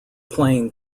playing